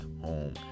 home